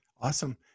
Awesome